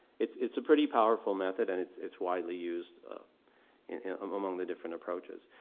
it's it's a pretty powerful method and it's it's widely used and um among the different approaches.